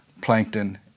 plankton